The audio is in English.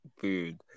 food